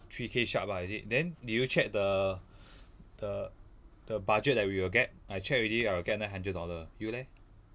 three K sharp ah is it then do you check the the the budget that we will get I check already I will get nine hundred dollar you leh